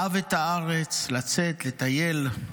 אהב את הארץ, לצאת, לטייל,